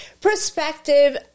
perspective